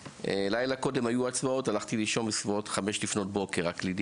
לילה קודם הלכתי לישון רק בסביבות חמש לפנות בוקר,